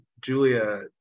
Julia